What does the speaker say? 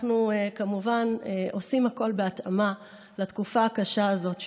אנחנו כמובן עושים הכול בהתאמה לתקופה הקשה הזאת,